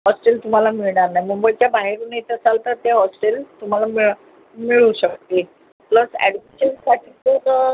hostel तुम्हाला मिळणार नाही मुंबईच्या बाहेरून येत असाल तर ते हॉस्टेल तुम्हाला मिळ मिळू शकते प्लस ॲडमिशनसाठी जर